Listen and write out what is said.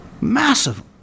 massive